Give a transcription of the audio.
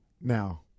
now